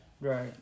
Right